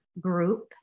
group